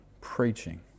preaching